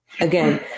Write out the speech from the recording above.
again